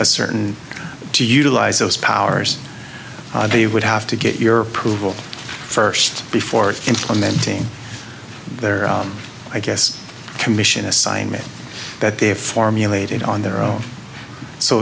a certain to utilize those powers they would have to get your approval first before implementing their i guess commission assignment that they have formulated on their own so